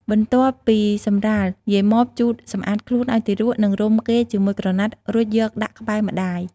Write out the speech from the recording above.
បន្ទាប់ពីសម្រាល យាយម៉បជូតសម្អាតខ្លួនឱ្យទារក និងរុំគេជាមួយក្រណាត់ រួចយកដាក់ក្បែរម្ដាយ។